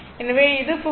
எனவே இது 1